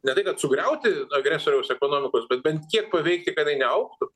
ne tai kad sugriauti agresoriaus ekonomikos bet bent kiek paveikti kad jinai neaugtų